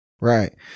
Right